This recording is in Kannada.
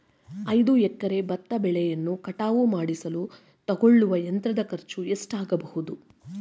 ಐದು ಎಕರೆ ಭತ್ತ ಬೆಳೆಯನ್ನು ಕಟಾವು ಮಾಡಿಸಲು ತಗಲುವ ಯಂತ್ರದ ಖರ್ಚು ಎಷ್ಟಾಗಬಹುದು?